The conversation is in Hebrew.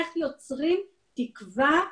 איך יוצרים תקווה,